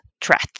threat